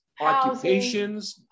occupations